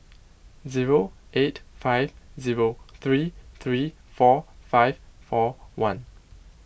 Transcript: zero eight five zero three three four five four one